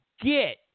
get